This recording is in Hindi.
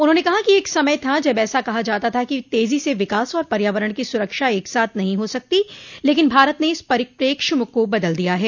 उन्होंने कहा कि एक समय था जब ऐसा कहा जाता था कि तेजो से विकास और पर्यावरण की सुरक्षा एक साथ नहीं हो सकती लेकिन भारत ने इस परिप्रेक्ष्य को बदल दिया है